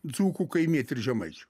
dzūkų kaimietį ir žemaičių